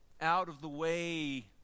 out-of-the-way